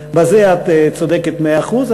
אז בזה את צודקת במאה אחוז,